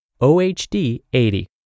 OHD80